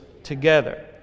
together